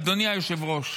אדוני היושב-ראש,